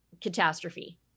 catastrophe